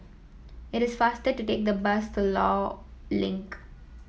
it is faster to take the bus to Law Link